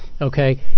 okay